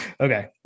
Okay